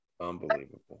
unbelievable